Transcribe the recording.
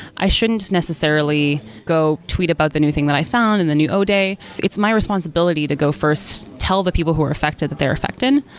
i shouldn't necessarily go tweet about the new thing that i found in the new o day. it's my responsibility to go first tell the people who are affected that they're affecting.